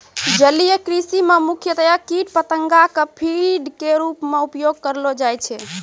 जलीय कृषि मॅ मुख्यतया कीट पतंगा कॅ फीड के रूप मॅ उपयोग करलो जाय छै